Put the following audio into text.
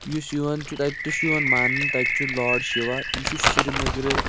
یُس یِوان چھُ تَتہِ تہِ چھُ یِوان ماننہٕ تَتہِ چھُ لاڈ شِوا یہِ چھُ سِری نَگرٕ